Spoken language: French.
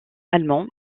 allemands